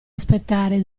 aspettare